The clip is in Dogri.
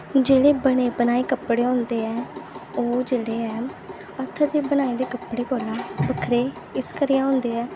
जेह्ड़े बने बनाए दे कपड़े होंदे ऐ ओ्ह जेह्ड़े ऐ हत्थ दी बनाई दे कपडे कोला खरे होंदे ऐ